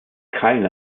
keine